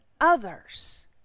others